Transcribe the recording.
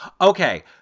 Okay